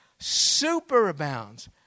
superabounds